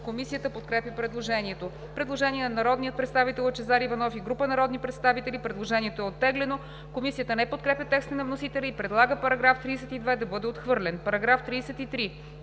Комисията подкрепя предложението. Предложение на народния представител Лъчезар Иванов и група народни представители. Предложението е оттеглено. Комисията не подкрепя текста на вносителя и предлага § 32 да бъде отхвърлен. По § 33